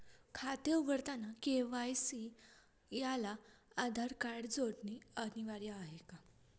खाते उघडताना के.वाय.सी ला आधार कार्ड जोडणे अनिवार्य आहे का?